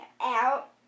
out